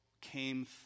came